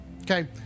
Okay